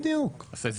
כלומר,